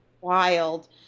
wild